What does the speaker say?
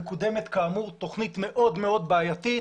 כאמור מקודמת תוכנית מאוד מאוד בעייתית